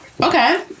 Okay